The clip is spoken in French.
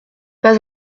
pas